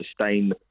sustain